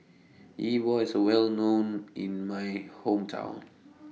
Yi Bua IS A Well known in My Hometown